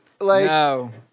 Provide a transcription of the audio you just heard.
No